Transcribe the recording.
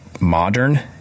MODERN